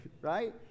Right